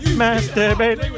masturbate